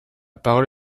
parole